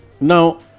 Now